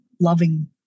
loving